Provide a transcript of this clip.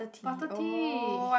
butter tea